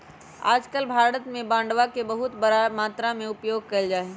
आजकल भारत में बांडवा के बहुत बड़ा मात्रा में उपयोग कइल जाहई